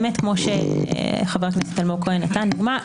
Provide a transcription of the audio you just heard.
כפי שחבר הכנסת כהן נתן דוגמה,